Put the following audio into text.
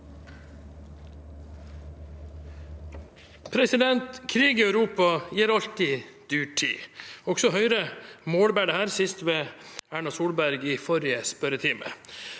Krig i Europa gir alltid dyrtid. Også Høyre målbærer dette, sist ved Erna Solberg i forrige spørretime.